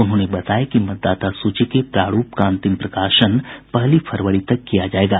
उन्होंने बताया कि मतदाता सूची के प्रारूप का अंतिम प्रकाशन पहली फरवरी तक किया जायेगा